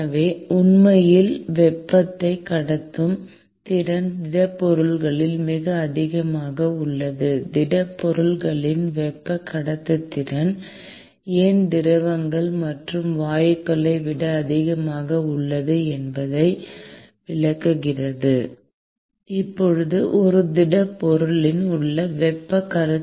எனவே உண்மையில் வெப்பத்தை கடத்தும் திறன் திடப்பொருட்களில் மிக அதிகமாக உள்ளது இது திடப்பொருட்களின் வெப்ப கடத்துத்திறன் ஏன் திரவங்கள் மற்றும் வாயுக்களை விட அதிகமாக உள்ளது என்பதை விளக்குகிறது